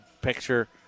picture